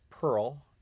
Pearl